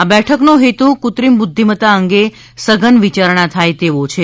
આ બેઠકનો હેતુ કૃત્રિમ બુધ્યિમત્તા અંગે સઘન વિચારણા થાય તેવો છે